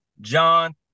John